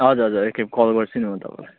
हजुर हजुर एकखेप कल गर्छु नि म तपाईँलाई